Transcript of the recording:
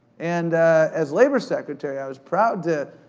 and as labor secretary, i was proud to,